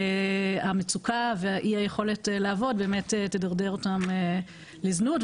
המצוקה וחוסר היכולת לעבוד תדרדר אותן לזנות.